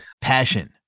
Passion